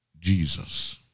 Jesus